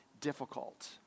difficult